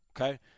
okay